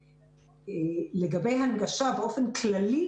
לגבי הנגשה באופן כללי